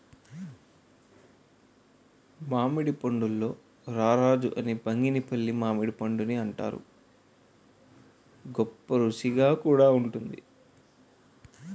మామిడి పండుల్లో రారాజు అని బంగినిపల్లి మామిడిపండుని అంతారు, గొప్పరుసిగా కూడా వుంటుంది